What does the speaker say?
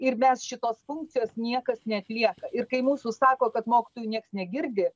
ir mes šitos funkcijos niekas neatlieka ir kai mūsų sako kad mokytojų nieks negirdi